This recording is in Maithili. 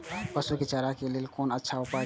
पशु के चारा के लेल कोन अच्छा उपाय अछि?